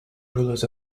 rulers